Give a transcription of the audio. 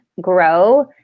grow